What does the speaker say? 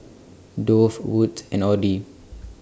Dove Wood's and Audi